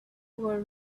were